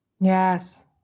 yes